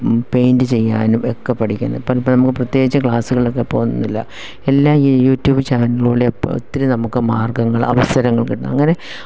paint ചെയ്യാനും ഒക്കെ പഠിക്കുന്നു ഇപ്പം ഇപ്പം നമുക്ക് പ്രത്യേകിച്ച് ക്ലാസ്സുകളിലക്കെ പോകുന്നില്ല എല്ലാം ഈ യൂട്യൂബ് ചാനലിലൂടെ ഒത്തിരി നമുക്ക് മാർഗ്ഗങ്ങള് അവസരങ്ങൾ കിട്ടും അങ്ങനെ